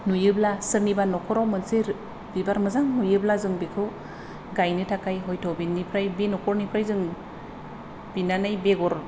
नुयोब्ला सोरनिबा न'खराव बिबार मोजां नुयोब्ला जों बेखौ गायनो थाखाय हयत' बेनिफ्राय बे न'खरनिफ्राय जों बिनानै बेगर